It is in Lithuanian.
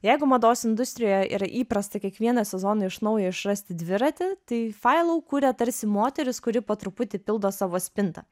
jeigu mados industrijoje yra įprasta kiekvieną sezoną iš naujo išrasti dviratį tai failau kuria tarsi moteris kuri po truputį pildo savo spintą